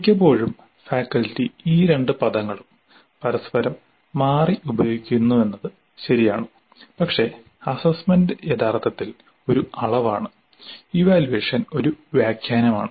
മിക്കപ്പോഴും ഫാക്കൽറ്റി ഈ രണ്ട് പദങ്ങളും പരസ്പരം മാറി ഉപയോഗിക്കുന്നുവെന്നത് ശരിയാണ് പക്ഷേ അസ്സസ്സ്മെന്റ് യഥാർത്ഥത്തിൽ ഒരു അളവാണ് ഇവാല്യുവേഷൻ ഒരു വ്യാഖ്യാനമാണ്